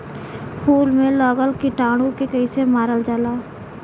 फूल में लगल कीटाणु के कैसे मारल जाला?